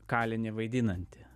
kalinį vaidinantį